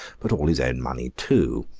but all his own money too.